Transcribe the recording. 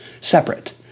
Separate